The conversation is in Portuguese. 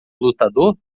lutador